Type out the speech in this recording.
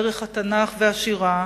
דרך התנ"ך והשירה.